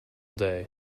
day